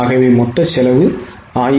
ஆகவே மொத்த செலவு 1193